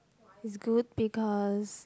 it's good because